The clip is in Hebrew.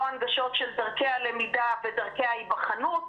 אין הנגשות של דרכי הלמידה ודרכי ההיבחנות,